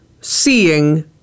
seeing